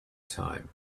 time